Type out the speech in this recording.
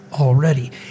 already